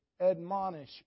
Admonish